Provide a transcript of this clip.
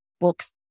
books